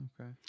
Okay